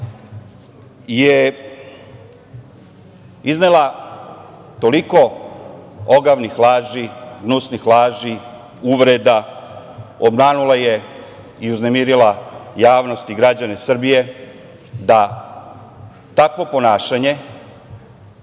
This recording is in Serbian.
je iznela toliko ogavnih laži, gnusnih laži, uvreda, obmanula je i uznemirila javnost i građane Srbije, da takvo ponašanje,